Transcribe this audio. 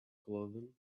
clothing